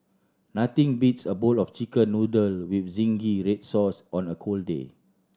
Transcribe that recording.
nothing beats a bowl of Chicken Noodle with zingy red sauce on a cold day